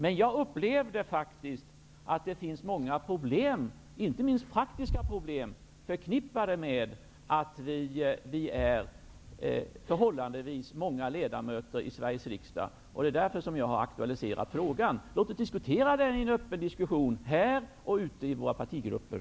Men jag upplever faktiskt att det finns många problem, inte minst praktiska problem, förknippade med att vi är förhållandevis många ledamöter i Sveriges riksdag. Det är därför som jag har aktualiserat frågan. Låt oss diskutera den öppet här och ute i våra partigrupper.